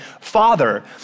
father